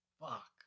Fuck